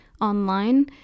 online